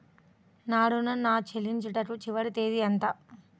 నా ఋణం ను చెల్లించుటకు చివరి తేదీ ఎంత?